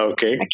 Okay